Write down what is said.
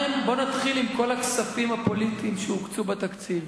בואו נתחיל עם כל הכספים הפוליטיים שהוקצו בתקציב: